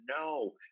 No